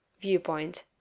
viewpoint